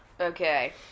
Okay